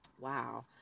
Wow